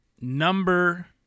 Number